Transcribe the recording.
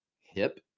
hip